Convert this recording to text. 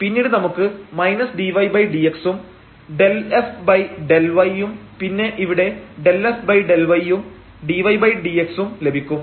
പിന്നീട് നമുക്ക് dydx ഉം ∂f∂y യും പിന്നെ ഇവിടെ ∂f∂y യും dydx ഉം ലഭിക്കും